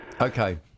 okay